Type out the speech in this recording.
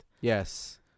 yes